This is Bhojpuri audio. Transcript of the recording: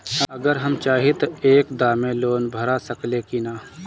अगर हम चाहि त एक दा मे लोन भरा सकले की ना?